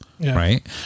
right